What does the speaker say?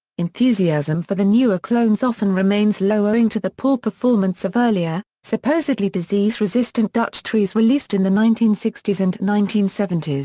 enthusiasm for the newer clones often remains low owing to the poor performance of earlier, supposedly disease-resistant dutch trees released in the nineteen sixty s and nineteen seventy s.